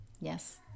Yes